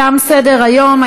תם סדר-היום.